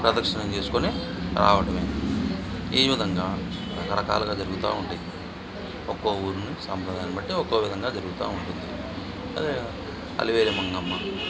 ప్రదర్శనం చేసుకొని రావడం ఈ విధంగా రకరకాలుగా జరుగుతు ఉంటాయి ఒకొక్క ఊరిలో సాంప్రదాయాన్ని బట్టి ఒకొక్కో విధంగా జరుగుతు ఉంటుంది అదే అలివేలి మంగమ్మ